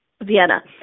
Vienna